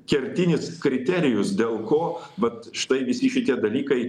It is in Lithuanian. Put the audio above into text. kertinis kriterijus dėl ko vat štai visi šitie dalykai